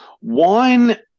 Wine